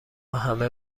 همه